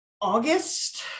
August